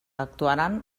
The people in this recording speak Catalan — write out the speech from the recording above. actuaran